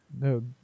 No